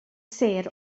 sêr